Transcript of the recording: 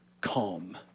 calm